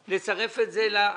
אם אכן הוא יאושר כאן בוועדה אנחנו